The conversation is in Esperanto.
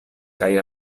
kaj